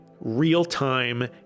real-time